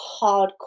hardcore